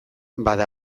bada